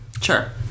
Sure